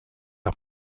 are